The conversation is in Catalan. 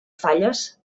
falles